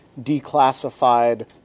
declassified